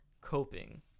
coping